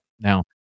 Now